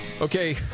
Okay